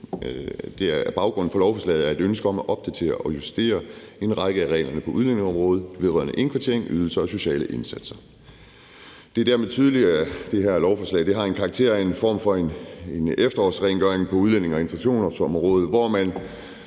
baggrunden for lovforslaget et ønske om at opdatere og justere en række af reglerne på udlændingeområdet vedrørende indkvartering, ydelser og sociale indsatser. Det er dermed tydeligt, at det her lovforslag har karakter af en form for efterårsrengøring på udlændinge- og integrationsområdet, hvor man